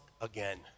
again